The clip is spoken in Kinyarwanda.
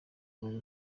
wari